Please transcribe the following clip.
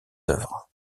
œuvres